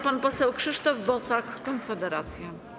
Pan poseł Krzysztof Bosak, Konfederacja.